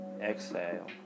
exhale